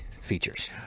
features